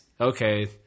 Okay